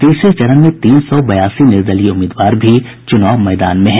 तीसरे चरण में तीन सौ बयासी निर्दलीय उम्मीदवार भी चुनाव मैदान में हैं